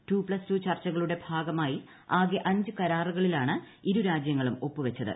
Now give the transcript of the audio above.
to plus two ചർച്ചകളുടെ ഭാഗമായി ആകെ അഞ്ച് കരാറുകളിലാണ് ഇരുരാജൃങ്ങളും ഒപ്പുവെച്ചത്